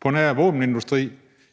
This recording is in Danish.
på nær våbenindustrien